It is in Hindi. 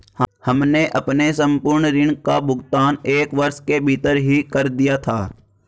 हमने अपने संपूर्ण ऋण का भुगतान एक वर्ष के भीतर ही कर दिया था